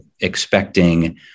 expecting